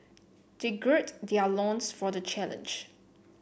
they gird their loins for the challenge